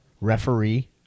referee